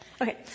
Okay